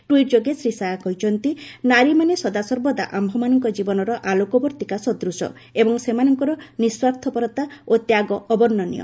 tweet ଯୋଗେ ଶ୍ରୀ ଶାହା କହିଛନ୍ତି ନାରୀମାନେ ସଦାସର୍ବଦା ଆମ୍ଭମାନଙ୍କ ଜୀବନର ଆଲୋକବର୍ତ୍ତିକା ସଦୂଶ ଏବଂ ସେମାନଙ୍କର ନିଃସ୍ୱାର୍ଥପରତା ଓ ତ୍ୟାଗ ଅବର୍ଷ୍ଣନୀୟ